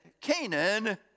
Canaan